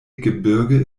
gebirge